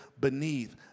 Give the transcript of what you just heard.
beneath